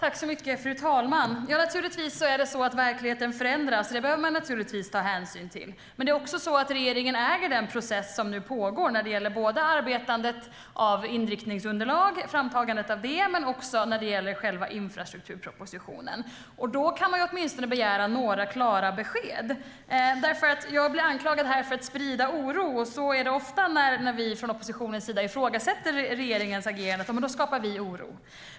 Fru talman! Verkligheten förändras, och det behöver man naturligtvis ta hänsyn till. Men regeringen äger den process som nu pågår både när det gäller arbetet med och framtagandet av inriktningsunderlag och när det gäller själva infrastrukturpropositionen. Då kan man åtminstone begära några klara besked. Jag blir anklagad här för att sprida oro. Så är det ofta när vi från oppositionens sida ifrågasätter regeringens agerande. Då skapar vi oro, säger man.